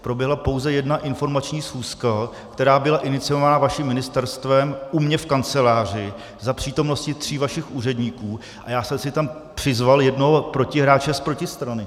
Proběhla pouze jedna informační schůzka, která byla iniciována vaším ministerstvem u mě v kanceláři za přítomnosti tří vašich úředníků, a já jsem si tam přizval jednoho protihráče z protistrany.